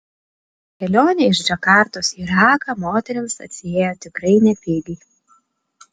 kelionė iš džakartos į raką moterims atsiėjo tikrai nepigiai